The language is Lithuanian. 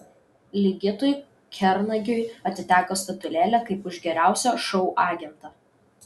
ligitui kernagiui atiteko statulėlė kaip už geriausią šou agentą